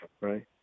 right